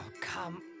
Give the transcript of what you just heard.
come